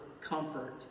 comfort